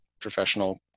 professional